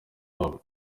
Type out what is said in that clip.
wabo